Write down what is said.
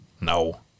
no